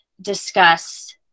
discuss